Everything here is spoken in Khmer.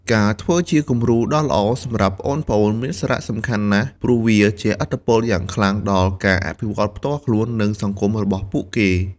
ការធ្វើជាគំរូដ៏ល្អសម្រាប់ប្អូនៗមានសារៈសំខាន់ណាស់ ព្រោះវាជះឥទ្ធិពលយ៉ាងខ្លាំងដល់ការអភិវឌ្ឍផ្ទាល់ខ្លួន និងសង្គមរបស់ពួកគេ ។